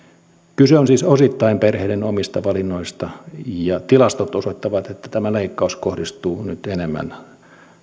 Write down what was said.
kyse on siis osittain perheiden omista valinnoista ja tilastot osoittavat että tämä leikkaus kohdistuu nyt enemmän